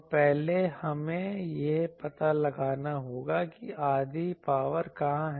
तो पहले हमें यह पता लगाना होगा कि आधी पावर कहां है